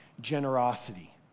generosity